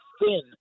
thin